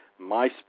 MySpace